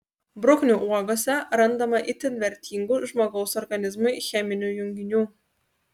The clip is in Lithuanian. bruknių uogose randama itin vertingų žmogaus organizmui cheminių junginių